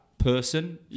Person